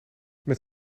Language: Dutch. met